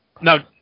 Now